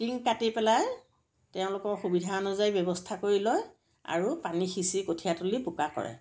tin কাটি পেলাই তেওঁলোকৰ সুবিধা অনুযায়ী ব্যৱস্থা কৰি লয় আৰু পানী সিঁচি কঠিয়াতলী বোকা কৰে